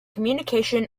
communication